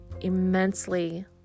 immensely